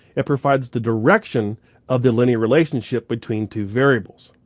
it provides the direction of the linear relationship between two variables.